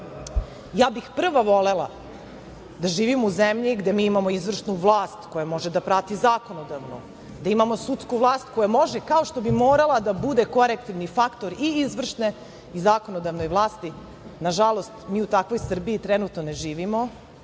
bih volela da živim u zemlji gde mi imamo izvršnu vlast koja može da prati zakonodavnu, da imamo sudsku vlast koja može, kao što bi morala da bude, korektivni faktor i izvršne i zakonodavnoj vlasti. Nažalost, mi u takvoj Srbiji trenutno ne živimo,